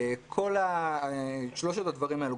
כל שלושת הדברים האלה,